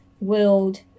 world